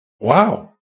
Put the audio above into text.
wow